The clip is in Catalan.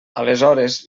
aleshores